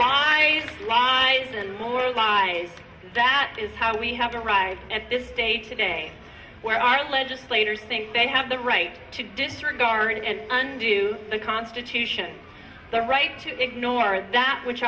was lies and more lies that is how we have arrived at this day today where our legislators think they have the right to disregard and unto the constitution the right to ignore that which